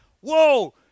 whoa